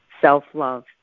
self-love